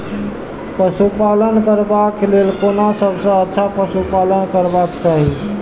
पशु पालन करबाक लेल कोन सबसँ अच्छा पशु पालन करबाक चाही?